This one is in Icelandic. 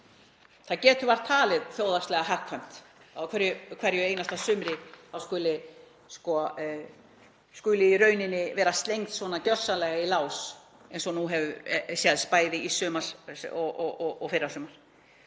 Það getur vart talist þjóðhagslega hagkvæmt að á hverju einasta sumri skuli í rauninni vera slengt svona gjörsamlega í lás eins og nú hefur sést, bæði í sumar og í fyrrasumar.